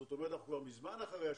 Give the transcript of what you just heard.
זה אומר שאנחנו מזמן כבר אחרי ה-75%.